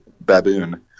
baboon